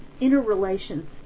interrelations